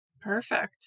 Perfect